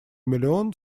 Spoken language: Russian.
миллион